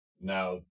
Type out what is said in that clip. Now